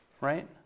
right